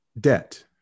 debt